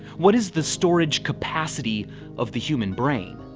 what is the storage capacity of the human brain?